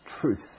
truth